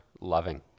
loving